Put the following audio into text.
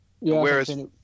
Whereas